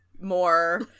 more